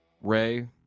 Ray